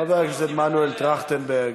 חבר הכנסת מנואל טרכטנברג,